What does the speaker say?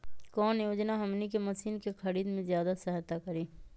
कौन योजना हमनी के मशीन के खरीद में ज्यादा सहायता करी?